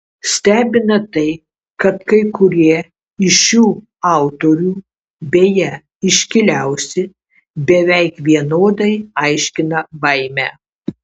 stebina tai kad kai kurie iš šių autorių beje iškiliausi beveik vienodai aiškina baimę